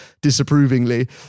disapprovingly